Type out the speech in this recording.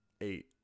eight